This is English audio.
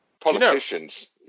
politicians